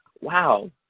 wow